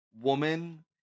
woman